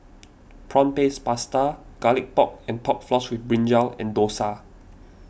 Prawn Paste Pasta Garlic Pork and Pork Floss with Brinjal and Dosa